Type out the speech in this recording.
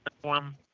one